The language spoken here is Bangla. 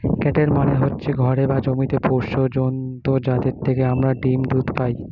ক্যাটেল মানে হচ্ছে ঘরে বা জমিতে পোষ্য জন্তু যাদের থেকে আমরা ডিম, দুধ পাই